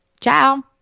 Ciao